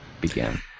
began